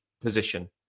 position